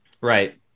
Right